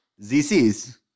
ZCs